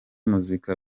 muzika